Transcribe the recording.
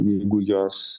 jeigu jos